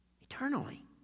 Eternally